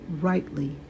rightly